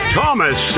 Thomas